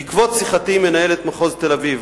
בעקבות שיחתי עם מנהלת מחוז תל-אביב,